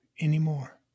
anymore